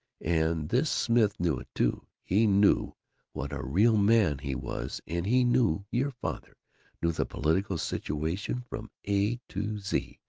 and this smith knew it too he knew what a real man he was, and he knew your father knew the political situation from a to z,